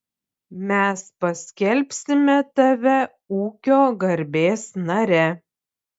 mes paskelbsime tave ūkio garbės nare